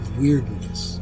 weirdness